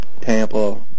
Tampa